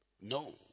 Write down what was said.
No